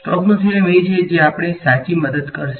Stokes theorem એ છે કે જે આપણને સાચી મદદ કરશે